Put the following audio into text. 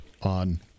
on